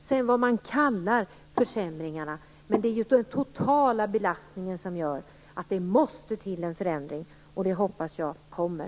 Vad man kallar försämringarna är oviktigt. Det är den totala belastningen som gör att det måste till en förändring. Det hoppas jag kommer.